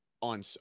on